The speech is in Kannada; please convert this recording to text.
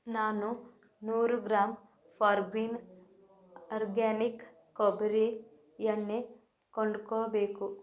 ನಾನು ನೂರು ಗ್ರಾಮ್ ಫಾರ್ಗ್ರೀನ್ ಅರ್ಗ್ಯಾನಿಕ್ ಕೊಬ್ಬರಿ ಎಣ್ಣೆ ಕೊಂಡುಕೋಬೇಕು